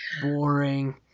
boring